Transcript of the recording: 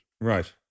Right